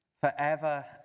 Forever